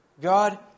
God